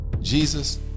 Jesus